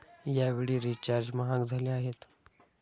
यावेळी रिचार्ज महाग झाले आहेत